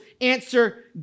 answer